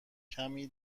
کمی